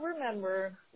remember